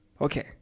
Okay